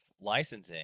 licensing